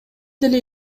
деле